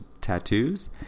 tattoos